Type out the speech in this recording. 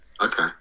Okay